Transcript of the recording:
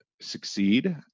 succeed